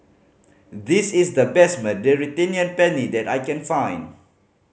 this is the best Mediterranean Penne that I can find